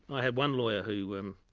i had one lawyer who um